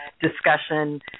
discussion